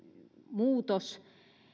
muutos